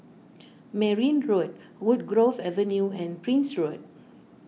Merryn Road Woodgrove Avenue and Prince Road